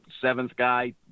seventh-guy